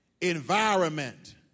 environment